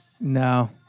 No